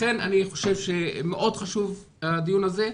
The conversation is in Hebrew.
לכן אני חושב שמאוד חשוב הדיון הזה,